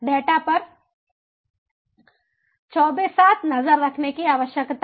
data पर 24 7 नजर रखने की आवश्यकता है